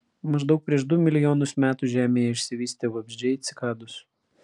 maždaug prieš du milijonus metų žemėje išsivystė vabzdžiai cikados